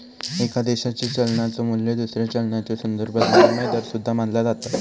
एका देशाच्यो चलनाचो मू्ल्य दुसऱ्या चलनाच्यो संदर्भात विनिमय दर सुद्धा मानला जाता